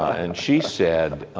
and she said,